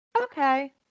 Okay